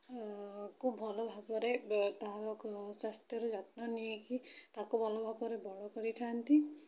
ଖୁବ୍ ଭଲ ଭାବରେ ତା'ର ସ୍ବାସ୍ଥ୍ୟର ଯତ୍ନ ନେଇକି ତାକୁ ଭଲ ଭାବରେ ବଡ଼ କରିଥାନ୍ତି